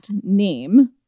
name